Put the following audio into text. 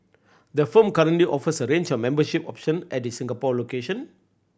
the firm currently offers a range of membership option at its Singapore location